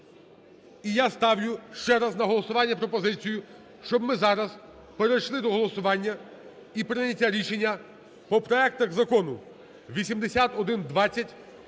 І я ставлю ще раз на голосування пропозицію, щоб ми зараз перейшли до голосування і прийняття рішення по проектах закону 8120